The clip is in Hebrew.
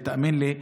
ותאמין לי,